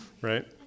right